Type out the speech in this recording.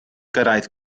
gyrraedd